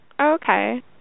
Okay